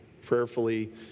prayerfully